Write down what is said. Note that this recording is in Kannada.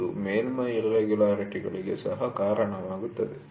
ಇದು ಮೇಲ್ಮೈ ಇರ್ರೆಗುಲರಿಟಿಗಳಿಗೆ ಸಹ ಕಾರಣವಾಗುತ್ತದೆ